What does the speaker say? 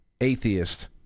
atheist